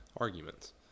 arguments